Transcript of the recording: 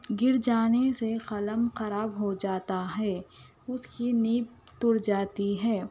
گِر جانے سے قلم خراب ہوجاتا ہے اُس کی نِب ٹوٹ جاتی ہے